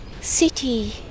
City